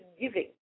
giving